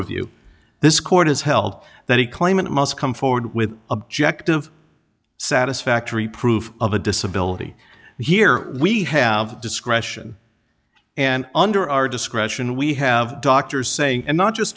review this court has held that he claimant must come forward with objective satisfactory proof of a disability and here we have discretion and under our discretion we have doctors say and not just